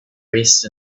raced